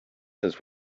since